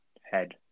head